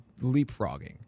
leapfrogging